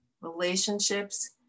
relationships